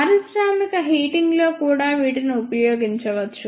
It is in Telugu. పారిశ్రామిక హీటింగ్ లో కూడా వీటిని ఉపయోగించవచ్చు